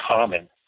common